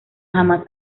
jamás